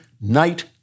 Night